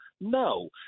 No